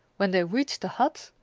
when they reached the hut,